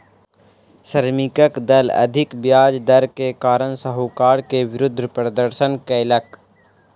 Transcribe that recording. श्रमिकक दल अधिक ब्याज दर के कारण साहूकार के विरुद्ध प्रदर्शन कयलक